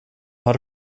har